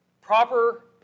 Proper